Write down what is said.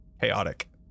chaotic